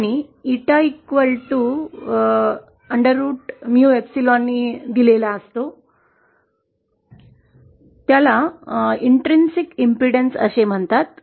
𝛈𝞵𝛆 च्या स्क्वेअर रूटने दिलेला असतो त्याला अंगभूत प्रतिरोध म्हणतात